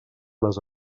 les